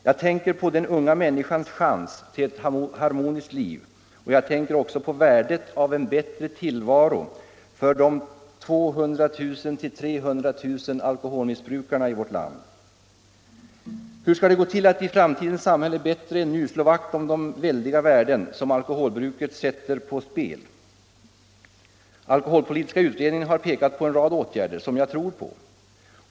Jag tänker på den unga människans chans till ett harmoniskt liv, och jag tänker också på värdet av en bättre tillvaro för de 200 000-300 000 alkoholmissbrukarna i vårt land. Hur skall det gå till att i framtidens samhälle bättre än nu slå vakt om de väldiga värden som alkoholbruket sätter på spel? APU har pekat på en rad åtgärder som jag tror på.